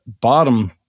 bottom